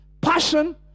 passion